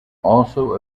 also